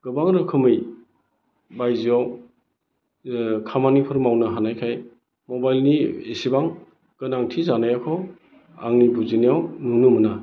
गोबां रोखोमै बायजोआव खामानिफोर मावनो हानायखाय मबाइलनि इसिबां गोनांथि जानायाखौ आंनि बुजिनायाव नुनो मोना